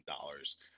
dollars